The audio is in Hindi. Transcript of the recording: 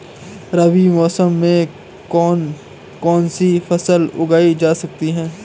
रबी मौसम में कौन कौनसी फसल उगाई जा सकती है?